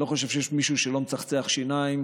אני לא חושב שיש מישהו שלא מצחצח שיניים,